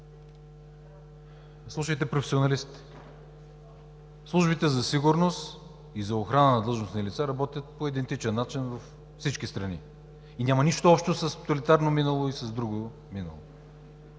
слушайте професионалистите! Службите за сигурност и за охрана на длъжностни лица работят по идентичен начин във всички страни и няма нищо общо с тоталитарно минало, с друго минало!